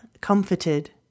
comforted